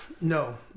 No